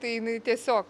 tai jinai tiesiog